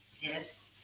yes